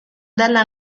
della